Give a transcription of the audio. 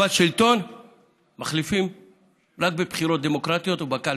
אבל שלטון מחליפים רק בבחירות דמוקרטיות ובקלפי.